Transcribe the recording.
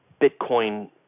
bitcoin